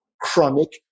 chronic